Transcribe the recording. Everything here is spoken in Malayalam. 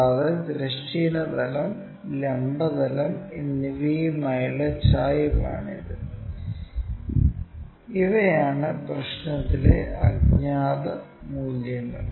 കൂടാതെ തിരശ്ചീന തലം ലംബ തലം എന്നിവയുമായുള്ള ചായ്വാണ് ഇത് ഇവയാണ് പ്രശ്നത്തിലെ അജ്ഞാത മൂല്യങ്ങൾ